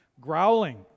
growling